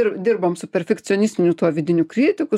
ir dirbom su perfekcionistiniu tuo vidiniu kritiku